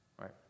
right